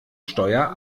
steuer